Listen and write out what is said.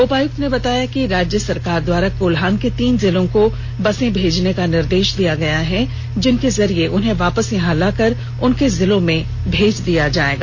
उपायुक्त ने बताया कि राज्य सरकार द्वारा कोल्हान के तीनों जिलों को बसें भेजने का निर्देश है जिनके जरिए उन्हें वापस यहाँ लाकर उनके जिले में भेज दिया जाएगा